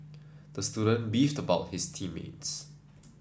the student beefed about his team mates